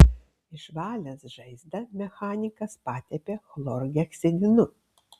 išvalęs žaizdą mechanikas patepė chlorheksidinu